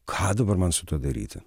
ką dabar man su tuo daryti